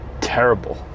Terrible